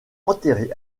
enterré